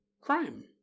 crime